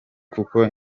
kuko